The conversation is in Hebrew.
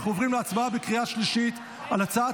אנחנו עוברים להצבעה בקריאה שלישית על הצעת